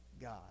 God